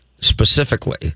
specifically